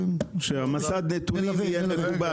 שמסד הנתונים יהיה מקובל,